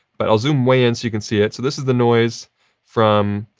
but i'll zoom way in so you can see it. so, this is the noise from